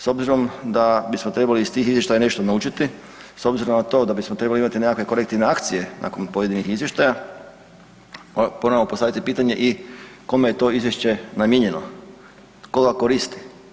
S obzirom da bismo trebali iz tih izvještaja nešto naučiti, s obzirom na to da bismo trebali nekakve korektivne akcije nakon pojedinih izvještaja, moramo postaviti pitanje i kome je to izvješće namijenjeno, ko ga koristi?